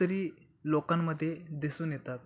तरी लोकांमध्ये दिसून येतात